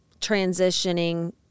transitioning